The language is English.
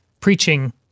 preaching